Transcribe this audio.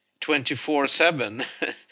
24-7